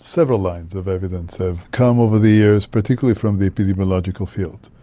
several lines of evidence have come over the years, particularly from the epidemiological field.